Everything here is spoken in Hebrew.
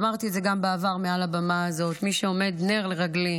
ואמרתי את זה גם בעבר מעל הבמה הזאת: מי שעומדים כנר לרגליי